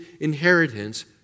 inheritance